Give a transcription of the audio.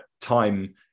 time